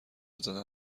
زده